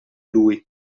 lui